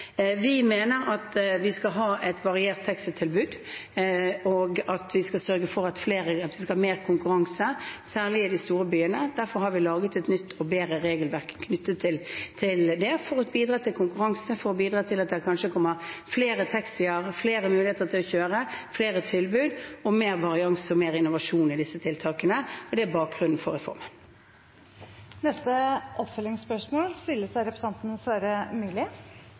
Vi mener at vi skal ha et variert taxitilbud, og at vi må sørge for mer konkurranse, særlig i de store byene. Derfor har vi laget et nytt og bedre regelverk knyttet til det – for å bidra til konkurranse, for å bidra til at det kanskje kommer flere taxier, flere muligheter til å kjøre, flere tilbud og mer variasjon og mer innovasjon ved disse tiltakene. Det er bakgrunnen for reformen. Sverre Myrli – til oppfølgingsspørsmål.